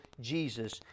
Jesus